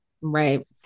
right